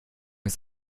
ist